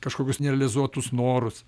kažkokius nerealizuotus norus